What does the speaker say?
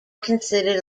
considered